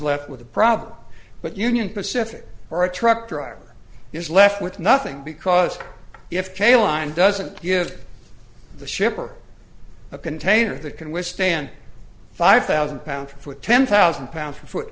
left with the problem but union pacific or a truck driver is left with nothing because if kalen doesn't give the shipper a container that can withstand five thousand pounds for ten thousand pounds for foot